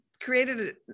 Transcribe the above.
created